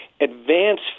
Advance